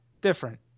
different